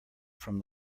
from